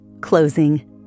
closing